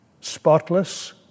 spotless